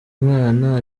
mwana